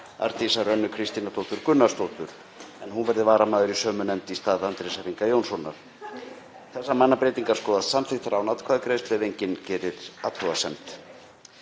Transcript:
Arndísar Önnu Kristínardóttur Gunnarsdóttur, en hún verði varamaður í sömu nefnd í stað Andrésar Inga Jónssonar. Þessar mannabreytingar skoðast samþykktar án atkvæðagreiðslu ef enginn gerir athugasemd.